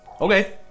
Okay